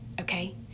Okay